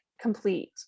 complete